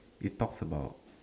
it talks about